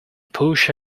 push